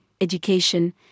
education